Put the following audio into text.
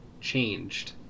changed